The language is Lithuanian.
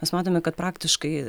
mes matome kad praktiškai